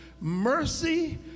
mercy